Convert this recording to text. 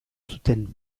zuten